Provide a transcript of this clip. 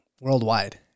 worldwide